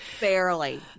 barely